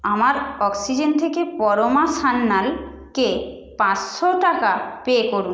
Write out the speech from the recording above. আমার অক্সিজেন থেকে পরমা সান্যাল কে পাঁচশো টাকা পে করুন